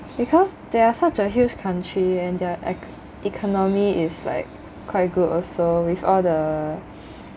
because they are such a huge country and their eco~ economy is like quite good also with all the